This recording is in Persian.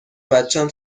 بچم